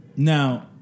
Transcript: Now